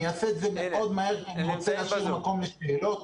אני אעשה את זה מאוד מהר כי אני רוצה להשאיר מקום לשאלות.